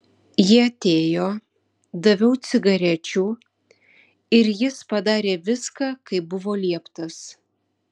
jie atėjo daviau cigarečių ir jis padarė viską kaip buvo lieptas